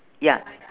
ya